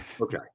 okay